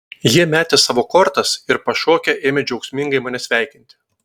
jie metė savo kortas ir pašokę ėmė džiaugsmingai mane sveikinti